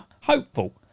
hopeful